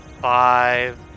Five